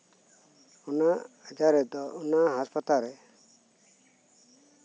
ᱩᱱᱟᱹᱜ ᱟᱡᱟᱨ ᱨᱮᱫᱚ ᱚᱱᱟ ᱦᱟᱥᱯᱟᱛᱟᱞ ᱨᱮ